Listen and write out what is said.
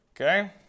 okay